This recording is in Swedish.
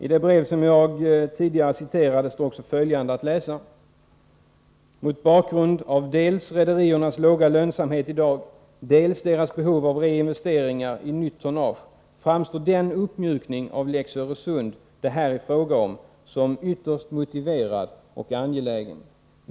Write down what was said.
I det brev som jag tidigare citerade står också följande att läsa: ”Mot bakgrund av dels rederiernas låga lönsamhet idag, dels deras behov av reinvesteringar i nytt tonnage, framstår den uppmjukning av ”lex Öresund” det här är fråga om som ytterst motiverad och angelägen.